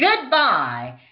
goodbye